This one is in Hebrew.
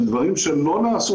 של דברים שלא נעשו